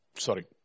Sorry